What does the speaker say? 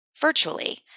virtually